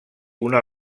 una